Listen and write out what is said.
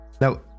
Now